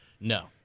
No